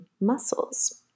muscles